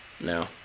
No